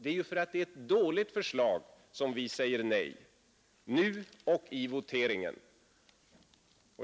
De är ju för att det är ett dåligt förslag som vi säger nej — nu och i voteringen.